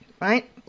Right